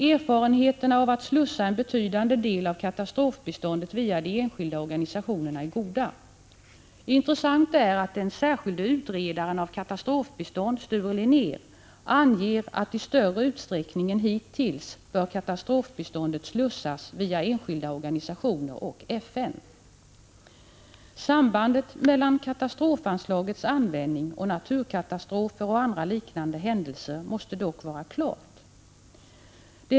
Erfarenheterna av att slussa en betydande del av katastrofbiståndet via de enskilda organisationerna är goda. Intressant är att den särskilde utredaren av katastrofbistånd, Sture Linnér, anger att katastrofbiståndet i större utsträckning än hittills bör slussas via enskilda organisationer och FN. Sambandet mellan katastrofbiståndets användning och naturkatastrofer och andra liknande händelser måste dock vara klart.